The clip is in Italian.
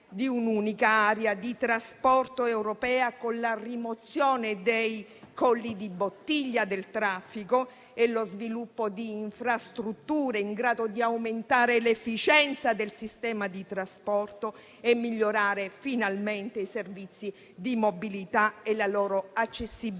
di un'unica area di trasporto europea, con la rimozione dei colli di bottiglia del traffico e lo sviluppo di infrastrutture in grado di aumentare l'efficienza del sistema di trasporto e migliorare, finalmente, i servizi di mobilità e la loro accessibilità